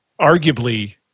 arguably